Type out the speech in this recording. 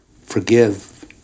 forgive